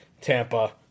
Tampa